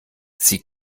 sie